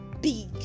big